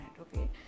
okay